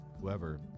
whoever